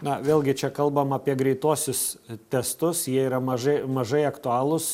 na vėlgi čia kalbam apie greituosius testus jie yra mažai mažai aktualūs